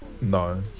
No